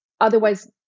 otherwise